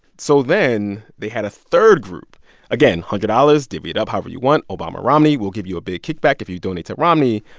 so then they had a third group again, one hundred dollars divvy it up however you want obama, romney. we'll give you a big kickback if you donate to romney.